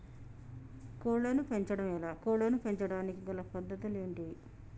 కోళ్లను పెంచడం ఎలా, కోళ్లను పెంచడానికి గల పద్ధతులు ఏంటివి?